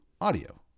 audio